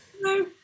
No